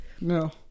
no